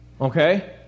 Okay